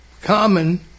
common